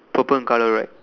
purple in colour right